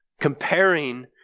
Comparing